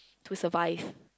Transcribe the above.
to survive